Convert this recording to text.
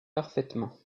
parfaitement